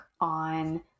on